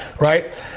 right